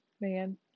Man